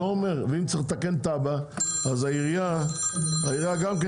ואם צריך לתקן תב"ע אז העירייה גם כן